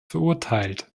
verurteilt